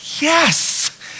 Yes